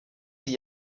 sie